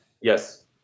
Yes